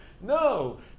No